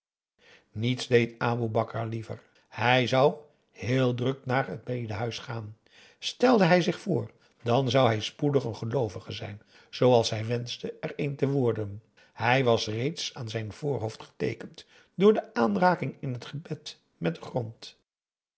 niets deed aboe bakar liever hij zou heel druk naar het bedehuis gaan stelde hij zich voor dan zou hij spoedig een geloovige zijn zooals hij wenschte er een te worden hij was reeds aan zijn voorhoofd geteekend door de aanraking in t gebed met den grond